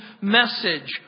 message